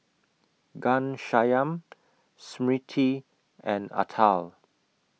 Ghanshyam Smriti and Atal